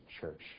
church